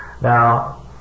Now